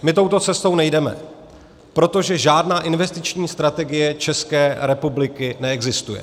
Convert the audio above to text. My touto cestou nejdeme, protože žádná investiční strategie České republiky neexistuje.